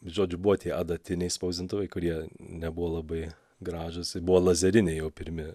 žodžiu buvo tie adatiniai spausdintuvai kurie nebuvo labai gražūs ir buvo lazeriniai jau pirmi